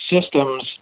systems